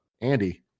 Andy